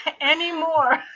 anymore